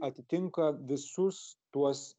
atitinka visus tuos